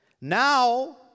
Now